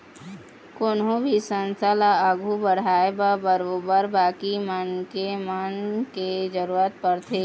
कोनो भी संस्था ल आघू बढ़ाय बर बरोबर बाकी मनखे मन के जरुरत पड़थे